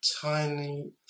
tiny